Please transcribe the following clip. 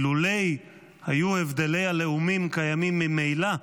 אילולא היו הבדלי הלאומים קיימים ממילא,